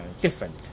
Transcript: different